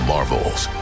Marvels